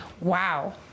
wow